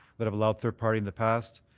that have allowed third party in the past.